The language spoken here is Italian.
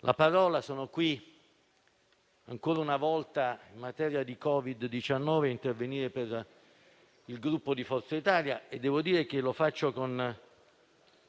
Presidente, sono qui, ancora una volta in materia di Covid-19, ad intervenire per il Gruppo Forza Italia. Devo dire che lo faccio con